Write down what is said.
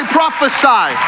prophesy